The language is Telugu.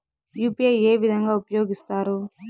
యు.పి.ఐ ఏ విధంగా ఉపయోగిస్తారు?